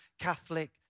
Catholic